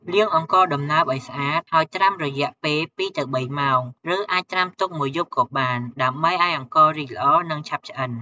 លាងអង្ករដំណើបឲ្យស្អាត ហើយត្រាំរយៈពេល២ទៅ៣ម៉ោង ឬអាចត្រាំទុកមួយយប់ក៏បាន ដើម្បីឱ្យអង្កររីកល្អ និងឆាប់ឆ្អិន។